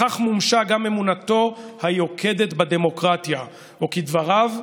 בכך מומשה גם אמונתו היוקדת בדמוקרטיה, או כדבריו,